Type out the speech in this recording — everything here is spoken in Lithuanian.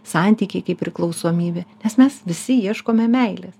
santykiai kaip priklausomybė nes mes visi ieškome meilės